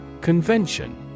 Convention